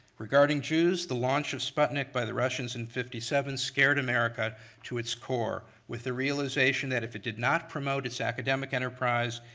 regarding jews, the launch of sputnik by the russians in fifty seven scared america to its core with the realization that if it did not promote its academic enterprise,